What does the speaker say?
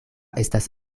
estas